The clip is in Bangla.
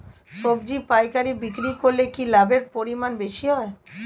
সবজি পাইকারি বিক্রি করলে কি লাভের পরিমাণ বেশি হয়?